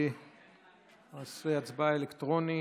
נעשה הצבעה אלקטרונית.